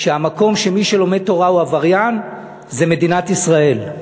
המקום שמי שלומד תורה הוא עבריין זה מדינת ישראל.